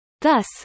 Thus